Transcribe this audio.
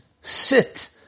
sit